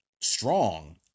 strong